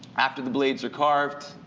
after the blades are carved,